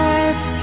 Life